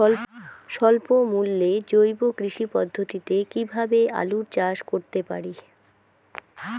স্বল্প মূল্যে জৈব কৃষি পদ্ধতিতে কীভাবে আলুর চাষ করতে পারি?